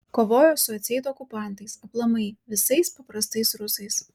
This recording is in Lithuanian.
kovojo su atseit okupantais aplamai visais paprastais rusais